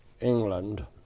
England